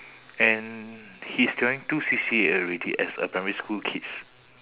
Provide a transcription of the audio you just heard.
and he's joining two C_C_A already as a primary school kids